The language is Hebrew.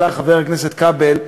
חבר הכנסת כבל,